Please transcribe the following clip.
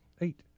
Eight